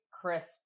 crisp